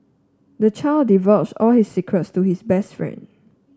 the child divulged all his secrets to his best friend